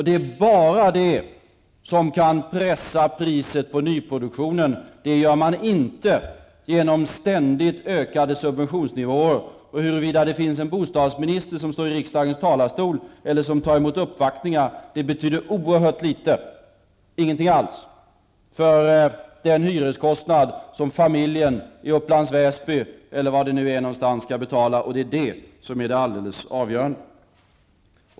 Det är bara detta som kan pressa priset på nyproduktionen. Det gör man inte genom ständigt ökade subventionsnivåer. Huruvida det finns en bostadsminister som står i riksdagens talarstol eller som tar emot uppvaktningar betyder oerhört litet, ingenting alls, för den hyreskostnad som familjen i Upplands Väsby skall betala. Det är detta som är alldeles avgörande.